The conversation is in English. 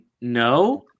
No